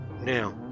now